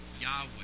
Yahweh